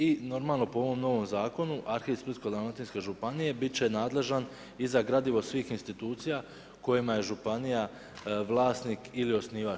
I normalno, po ovom novom zakonu, arhiv Splitsko-dalmatinske županije bit će nadležan i za gradivo svih institucija kojima je županija vlasnik ili osnivač.